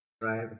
Right